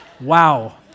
Wow